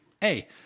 Hey